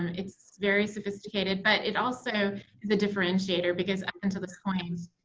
it's very sophisticated. but it also is a differentiator because up until this point,